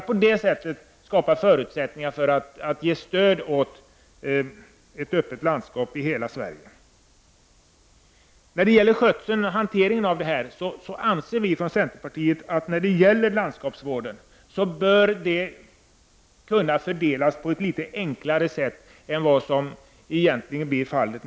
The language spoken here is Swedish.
På det sättet kan man skapa förutsättningar för att stöd ges till ett öppet landskap i hela Sverige. Vi i centern anser att landskapsvården bör kunna fördelas på ett litet enklare sätt än vad som nu blir fallet.